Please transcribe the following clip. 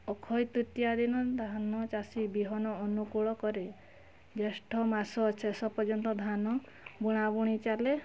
ଅକ୍ଷୟତୃତୀୟା ଦିନ ଧାନ ଚାଷୀ ବିହନ ଅନୁକୂଳ କରେ ଜ୍ୟେଷ୍ଠମାସ ଶେଷ ପର୍ଯ୍ୟନ୍ତ ଧାନ ବୁଣାବୁଣି ଚାଲେ